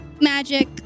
magic